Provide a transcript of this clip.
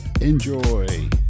Enjoy